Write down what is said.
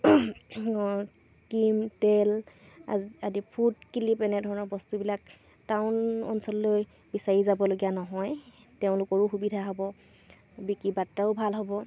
cream তেল আদি ফুট কিলিপ এনেধৰণৰ বস্তুবিলাক টাউন অঞ্চললৈ বিচাৰি যাবলগীয়া নহয় তেওঁলোকৰো সুবিধা হ'ব বিক্ৰী বাৰ্তাও ভাল হ'ব